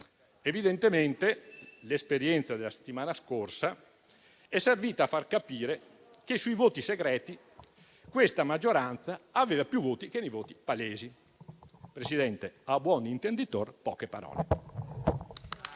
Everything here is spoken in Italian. Evidentemente l'esperienza della settimana scorsa è servita a far capire che sui voti segreti questa maggioranza aveva più voti che nei voti palesi. Signora Presidente, a buon intenditor poche parole.